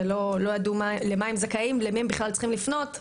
ולא ידעו למה הם זכאים ולמי הם צריכים לפנות בכלל.